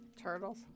Turtles